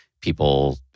People